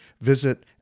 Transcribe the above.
Visit